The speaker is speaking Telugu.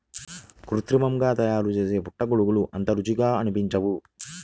కృత్రిమంగా తయారుచేసే పుట్టగొడుగులు అంత రుచిగా అనిపించవు